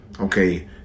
okay